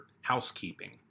housekeeping